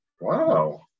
wow